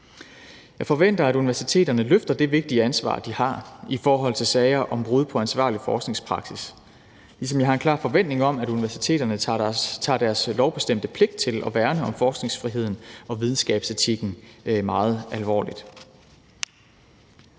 Jeg forventer, at universiteterne løfter det vigtige ansvar, de har, i forhold til sager om brud på ansvarlig forskningspraksis, ligesom jeg har en klar forventning om, at universiteterne tager deres lovbestemte pligt til at værne om forskningsfriheden og videnskabsetikken meget alvorligt.